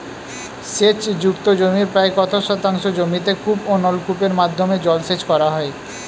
সেচ যুক্ত জমির প্রায় কত শতাংশ জমিতে কূপ ও নলকূপের মাধ্যমে জলসেচ করা হয়?